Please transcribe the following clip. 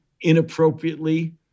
inappropriately